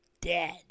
dead